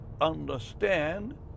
understand